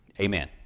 Amen